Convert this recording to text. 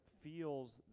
feels